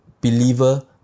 believer